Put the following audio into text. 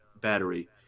battery